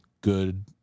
good